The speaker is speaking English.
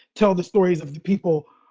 tell the stories of the people,